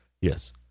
Yes